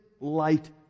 light